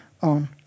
on